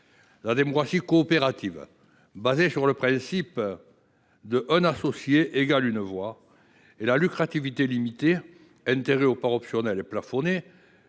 La démocratie coopérative, fondée sur le principe qu’un associé égale une voix, et la lucrativité limitée, avec des intérêts aux parts optionnels et plafonnés,